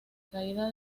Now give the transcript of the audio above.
caída